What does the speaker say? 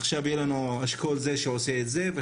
עכשיו יהיו לנו אשכולות שעושים דברים שונים.